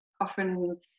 often